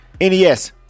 NES